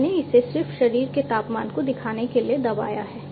मैंने इसे सिर्फ शरीर के तापमान को दिखाने के लिए दबाया है